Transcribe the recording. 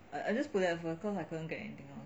I I just put that at first cause I couldn't get anything else